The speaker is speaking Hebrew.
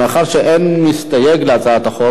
מאחר שאין מסתייג להצעת החוק,